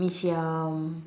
Mee Siam